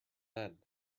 then